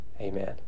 Amen